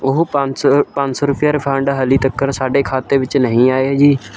ਉਹ ਪੰਜ ਸੌ ਪੰਜ ਸੌ ਰੁਪਿਆ ਰਿਫੰਡ ਹਾਲੇ ਤੱਕ ਸਾਡੇ ਖਾਤੇ ਵਿੱਚ ਨਹੀਂ ਆਏ ਆ ਜੀ